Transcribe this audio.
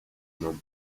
not